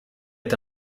est